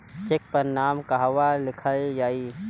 Check पर नाम कहवा लिखल जाइ?